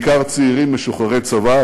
בעיקר צעירים משוחררי צבא,